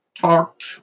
talked